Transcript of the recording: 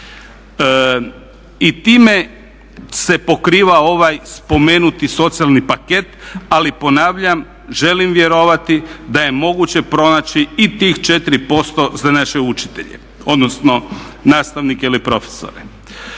i time se pokriva ovaj spomenuti socijalni paket, ali ponavljam želim vjerovati da je moguće pronaći i tih 4% za naše učitelje odnosno nastavnike ili profesore.